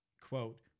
quote